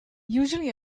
usually